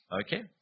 Okay